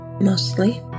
mostly